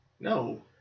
No